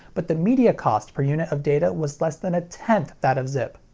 but the media cost per unit of data was less than a tenth that of zip.